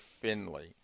Finley